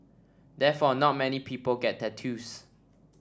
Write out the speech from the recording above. therefore not many people get tattoos